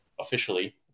officially